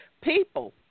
People